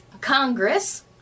Congress